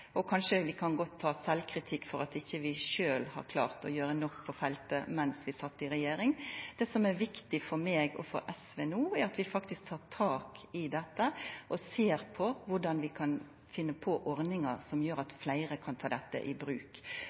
Kanskje kan vi godt ta sjølvkritikk for at vi ikkje klarte å gjera nok på dette feltet mens vi sat i regjering. Det som er viktig for meg og SV no, er at vi faktisk tek tak i dette og ser på korleis vi kan finna ordningar som gjer at fleire kan ta dette i bruk.